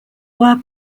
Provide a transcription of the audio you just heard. were